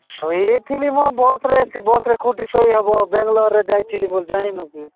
ଶୋଇଥିଲି ମୋ ବସ୍ରେ ଏସି ବସ୍ରେ କୋଉଠି ଶୋଇ ହବ ବେଙ୍ଗଲୋରରେ ଯାଇଥିଲି ବୋଲି ଜାଣିନୁ କି